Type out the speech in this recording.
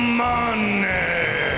money